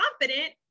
confident